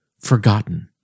forgotten